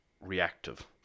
reactive